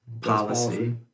policy